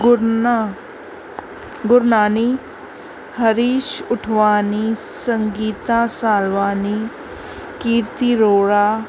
Gooden Gurnani Harish Uthwani Sangeeta Savlani Kirti Rohra